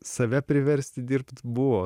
save priversti dirbt buvo